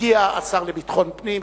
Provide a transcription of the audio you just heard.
הגיע השר לביטחון פנים,